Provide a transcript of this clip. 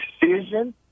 decision